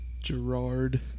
Gerard